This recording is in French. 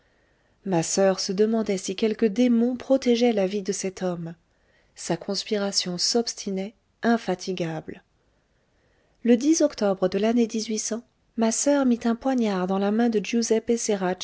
ma soeur se demandait si quelque démon protégeait la vie de cet homme sa conspiration s'obstinait infatigable le octobre de l'année ma soeur mit un poignard dans la main de